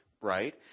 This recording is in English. Right